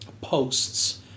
posts